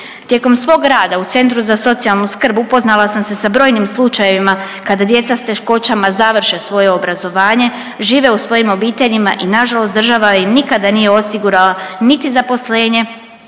Tijekom svog rada u centru za socijalnu skrb upoznala sam se sa brojnim slučajevima kada djeca s teškoćama završe svoje obrazovanje, žive u svojim obiteljima i nažalost država im nikada nije osigurala niti zaposlenje,